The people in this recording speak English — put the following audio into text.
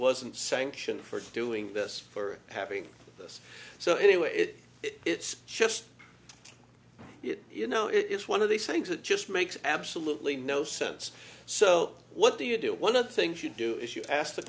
wasn't sanctioned for doing this for having this so anyway it it's just you know it's one of these things that just makes absolutely no sense so what do you do one of the things you do is you ask the